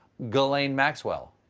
ghislaine maxwell.